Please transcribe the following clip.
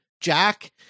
Jack